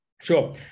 sure